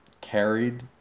carried